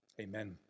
Amen